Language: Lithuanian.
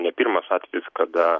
ne pirmas atvejis kada